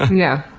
yeah.